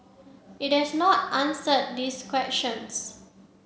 it has not answered these questions